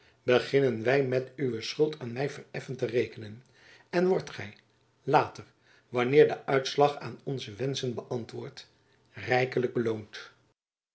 beginnen wy met uwe schuld aan my vereffend te rekenen en wordt gy later wanneer de uitslag aan onze wenschen beantwoordt rijkelijk beloond